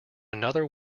another